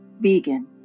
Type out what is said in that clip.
Vegan